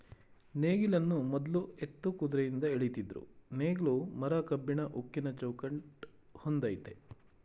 ನೇಗಿಲನ್ನು ಮೊದ್ಲು ಎತ್ತು ಕುದ್ರೆಯಿಂದ ಎಳಿತಿದ್ರು ನೇಗ್ಲು ಮರ ಕಬ್ಬಿಣ ಉಕ್ಕಿನ ಚೌಕಟ್ ಹೊಂದಯ್ತೆ